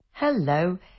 Hello